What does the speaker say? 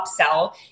upsell